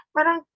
Parang